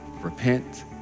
repent